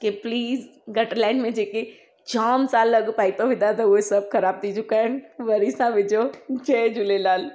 के please gutter line में जेके जाम साल अॻु पाईप विधा अथउं उहे सभु ख़राब थी चुकिया आहिनि वरी सां विझो जय झूलेलाल